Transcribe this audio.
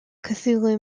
cthulhu